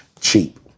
Cheap